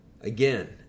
again